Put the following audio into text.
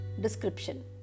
description